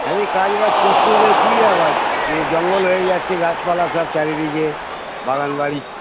হ্যাঁরে কাজবাজ করছিস না কী ব্যাপার এ জঙ্গল হয়ে যাচ্ছে গাছপালা সা চারিদিকে বাগান বাড়ি